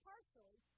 partially